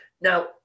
Now